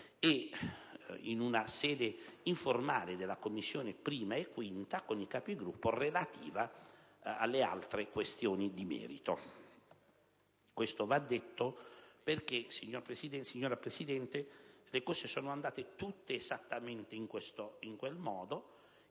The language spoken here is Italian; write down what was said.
e in una sede informale delle Commissioni 1a e 5a, con i Capigruppo, per i profili di merito. Questo va detto perché, signora Presidente, le cose sono andate tutte esattamente in quel modo,